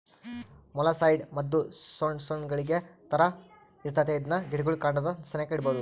molluscicide ಮದ್ದು ಸೊಣ್ ಸೊಣ್ ಗುಳಿಗೆ ತರ ಇರ್ತತೆ ಇದ್ನ ಗಿಡುಗುಳ್ ಕಾಂಡದ ಸೆನೇಕ ಇಡ್ಬಕು